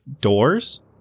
doors